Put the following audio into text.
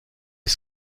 est